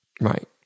Right